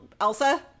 Elsa